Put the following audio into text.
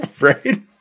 Right